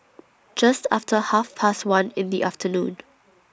Just after Half Past one in The afternoon